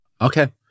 Okay